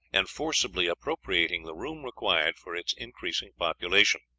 and forcibly appropriating the room required for its increasing population.